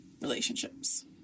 relationships